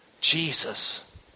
Jesus